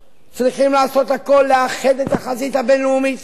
אנחנו צריכים לעשות הכול לאחד את החזית הבין-לאומית